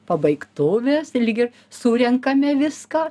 pabaigtuvės ligi surenkame viską